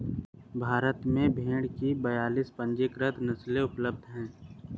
भारत में भेड़ की बयालीस पंजीकृत नस्लें उपलब्ध हैं